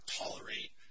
tolerate